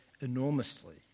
enormously